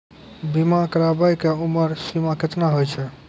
बीमा कराबै के उमर सीमा केतना होय छै?